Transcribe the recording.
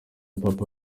papa